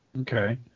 Okay